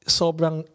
sobrang